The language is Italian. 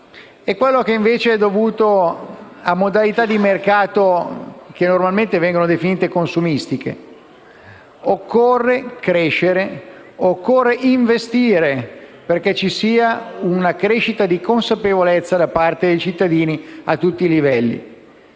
e quello che invece è dovuto a modalità di mercato che normalmente vengono definite consumistiche. Occorre crescere, occorre investire perché ci sia un aumento di consapevolezza da parte dei cittadini a tutti i livelli.